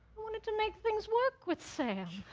wanted to make things work with sam.